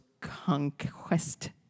conquest